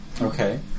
Okay